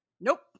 Nope